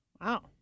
Wow